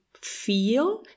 feel